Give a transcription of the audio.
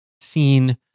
seen